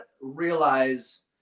realize